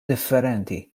differenti